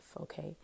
okay